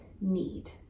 need